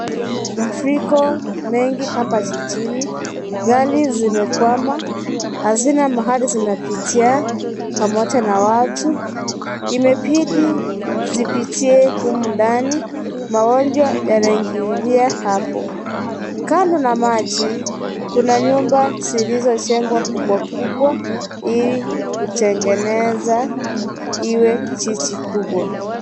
Mafuriko mengi hapa jijini. Gari zimekwama hazina mahali zinapitia pamoja na watu. Imebidi zipitie humu ndani. Magonjwa yanaingilia hapo. Kando na maji kuna nyumba zilizojegwa kubwa kubwa ili kutengeneza iwe jiji kubwa.